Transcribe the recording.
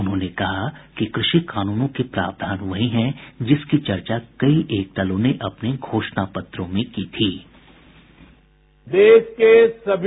उन्होंने कहा कि कृषि कानूनों के प्रावधान वहीं हैं जिसकी चर्चा कई एक दलों ने अपने घोषणा पत्रों में की थी